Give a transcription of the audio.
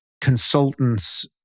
consultants